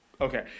okay